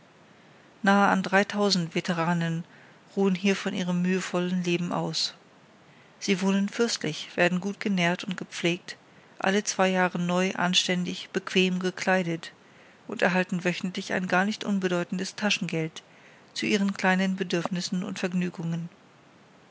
nahe an dreitausend veteranen ruhen hier von ihrem mühevollen leben aus sie wohnen fürstlich werden gut genährt und gepflegt alle zwei jahre neu anständig bequem gekleidet und erhalten wöchentlich ein gar nicht unbedeutendes taschengeld zu ihren kleinen bedürfnissen und vergnügungen